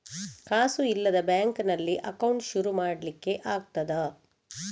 ಕಾಸು ಇಲ್ಲದ ಬ್ಯಾಂಕ್ ನಲ್ಲಿ ಅಕೌಂಟ್ ಶುರು ಮಾಡ್ಲಿಕ್ಕೆ ಆಗ್ತದಾ?